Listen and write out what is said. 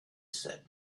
said